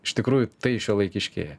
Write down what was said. iš tikrųjų tai šiuolaikiškėja